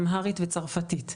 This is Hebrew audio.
אמהרית וצרפתית.